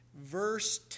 verse